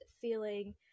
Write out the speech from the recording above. feeling